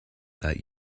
that